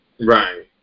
Right